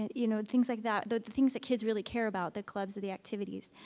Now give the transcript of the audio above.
and you know, things like that, the things that kids really care about, the clubs of the activities,